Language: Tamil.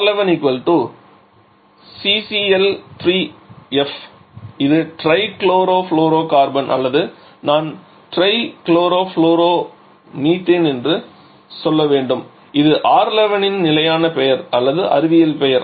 R11 ≡ CCl3F இது ட்ரை குளோரோஃப்ளூரோகார்பன் அல்லது நான் ட்ரைக்ளோரோஃப்ளூரோமீதேன் என்று சொல்ல வேண்டும் இது R11 இன் நிலையான பெயர் அல்லது அறிவியல் பெயர்